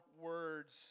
words